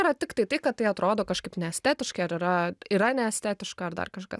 yra tiktai tai kad tai atrodo kažkaip neestetiškai ar yra yra neestetiška ar dar kažkas